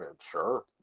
sure